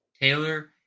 Taylor